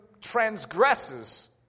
transgresses